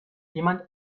jemand